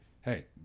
hey